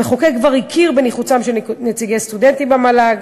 המחוקק כבר הכיר בנחיצותם של נציגי סטודנטים במל"ג.